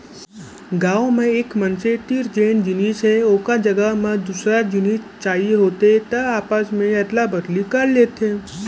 गाँव म एक मनसे तीर जेन जिनिस हे ओखर जघा म दूसर जिनिस चाही होथे त आपस मे अदला बदली कर लेथे